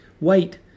Wait